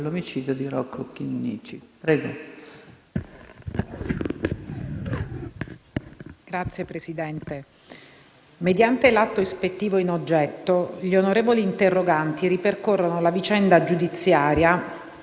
Signora Presidente, mediante l'atto ispettivo in oggetto, gli onorevoli interroganti ripercorrono la vicenda giudiziaria